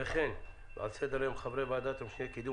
וכן על סדר-היום חברי ועדת המשנה לקידום